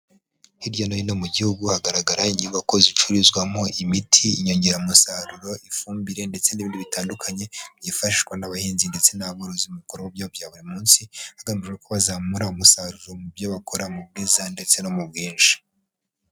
Hirya no hino mu gihugu hagaragara inyubako zicuruzwamo imiti, inyongeramusaruro, ifumbire ndetse n'ibindi bitandukanye, byifashishwa n'abahinzi ndetse n'aborozi mu bikorwa byabo bya buri munsi, hagamijwe ko bazamura umusaruro mu byo bakora mu bwiza ndetse no mu bwinshi.